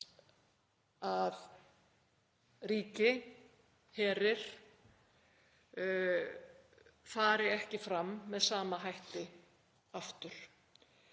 að ríki, herir, fari ekki fram með sama hætti aftur.